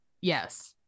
Yes